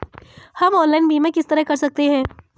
हम ऑनलाइन बीमा किस तरह कर सकते हैं?